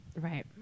Right